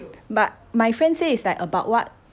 but my friend say it like about what